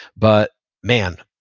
but man,